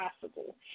possible